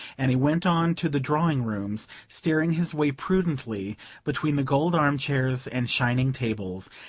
and he went on to the drawing-rooms, steering his way prudently between the gold arm-chairs and shining tables,